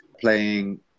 playing